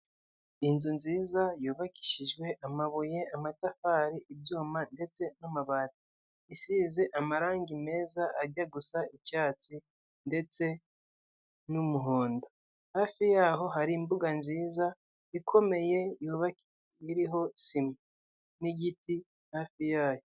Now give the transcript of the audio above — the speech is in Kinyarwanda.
Inzu nziza yubakishijwe amabuye amatafari ibyuma ndetse n'amabati, isize amarangi meza ajya gusa icyatsi ndetse n'umuhondo, hafi yaho hari imbuga nziza ikomeye yubaki iriho sima n'igiti hafi yayo.